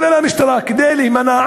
כולל המשטרה, כדי להימנע